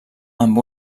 amb